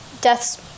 deaths